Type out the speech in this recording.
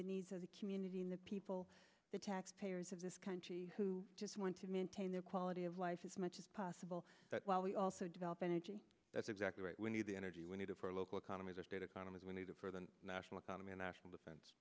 the needs of the community and the people the taxpayers of this country who just want to maintain their quality of life as much as possible while we also develop energy that's exactly right we need the energy we need for local economies the state economies we need for the national economy national defense